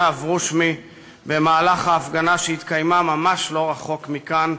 אברושמי במהלך ההפגנה שהתקיימה ממש לא רחוק מכאן,